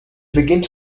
begins